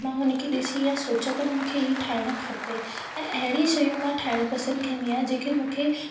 मां हुन खे ॾिसी या सोचां त न मुखे हीअ ठाइण खपे ऐं अहिड़ी शयूं मां ठाहिण पसंदि कंदी आहियां जेके मूंखे